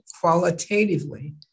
qualitatively